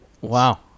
Wow